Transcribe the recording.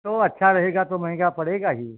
तो अच्छा रहेगा तो महंगा पड़ेगा ही